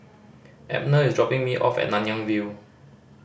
Abner is dropping me off at Nanyang View